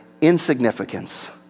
Insignificance